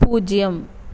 பூஜ்ஜியம்